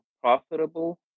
profitable